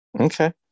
Okay